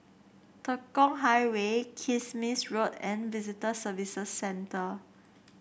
Tekong Highway Kismis Road and Visitor Services Centre